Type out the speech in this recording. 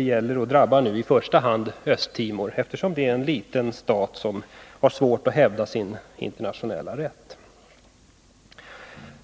Det drabbar nu i första hand Östtimor, eftersom det är en liten stat, som har svårt att hävda sin internationella rätt.